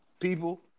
people